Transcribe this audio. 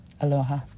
Aloha